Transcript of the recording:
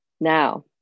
Now